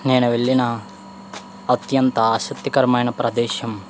నేను వెళ్ళిన అత్యంత ఆసక్తి కరమైన ప్రదేశం